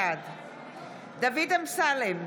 בעד דוד אמסלם,